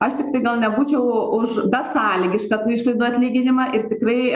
aš tiktai gal nebūčiau už besąlygišką tų išlaidų atlyginimą ir tikrai